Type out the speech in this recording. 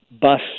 bus